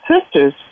sisters